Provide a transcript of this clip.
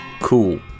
cool